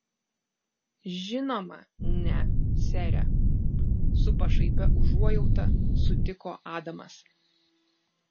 žinoma ne sere su pašaipia užuojauta sutiko adamas